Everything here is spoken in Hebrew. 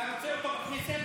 אתה רוצה אותו בכנסת?